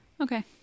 Okay